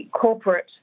corporate